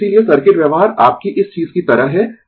तो इसीलिये सर्किट व्यवहार आपकी इस चीज की तरह है